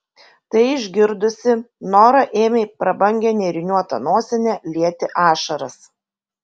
tai išgirdusi nora ėmė į prabangią nėriniuotą nosinę lieti ašaras